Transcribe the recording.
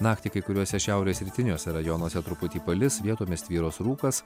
naktį kai kuriuose šiaurės rytiniuose rajonuose truputį palis vietomis tvyros rūkas